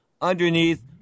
underneath